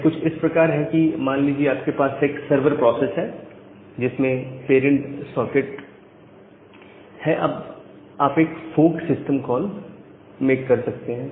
यह कुछ इस प्रकार है कि मान लीजिए आपके पास एक सर्वर प्रोसेस है जिसमें पेरेंट सॉकेट है अब आप एक फोर्क सिस्टम कॉल मेक कर सकते हैं